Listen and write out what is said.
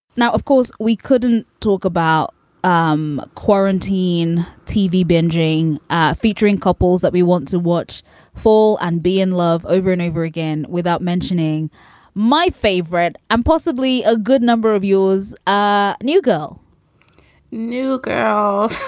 now, of course, we couldn't talk about um quarantine, tv bingeing, ah featuring couples that we want to watch full and be in love over and over again without mentioning my favorite and possibly a good number of yours. ah new girl new girl.